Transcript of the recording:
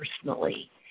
personally